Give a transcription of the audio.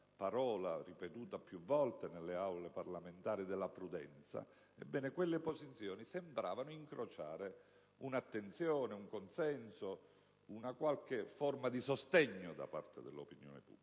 parola ripetuta più volte nelle Aule parlamentari, sembravano incrociare un'attenzione, un consenso, una qualche forma di sostegno da parte dell'opinione pubblica.